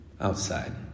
outside